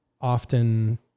often